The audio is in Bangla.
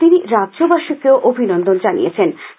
তিনি রাজ্যবাসীকেও অভিনন্দন আনিয়েছেন